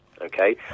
Okay